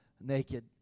naked